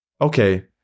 okay